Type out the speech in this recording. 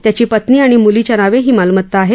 त्याची पत्नी आणि मुलीच्या नावाने ही मालमत्ता आहे